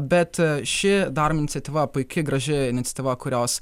bet ši darom iniciatyva puiki graži iniciatyva kurios